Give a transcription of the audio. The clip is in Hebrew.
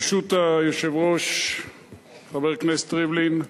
ברשות היושב-ראש חבר הכנסת ריבלין,